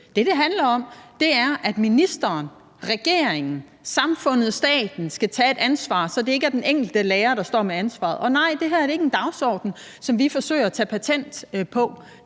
det handler om, er, at ministeren, regeringen, samfundet, staten skal tage et ansvar, så det ikke er den enkelte lærer, der står med ansvaret. Og nej, det her er ikke en dagsorden, som vi forsøger at tage patent på.